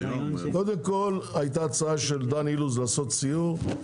קודם כל הייתה הצעה של דן אילוז לעשות סיור,